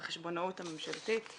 בחשבונאות הממשלתית,